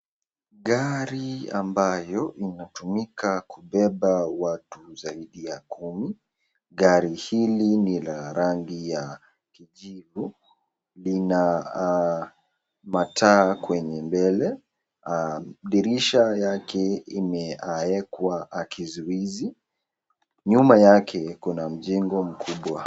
gari ambayo inatumika kubeba watu zaidi ya kumi, gari hili ni la kijivu lina mataa kwenye mbele, dirisha lake limeakwa kizuizi, nyuma yake kuna mjengo mkubwa.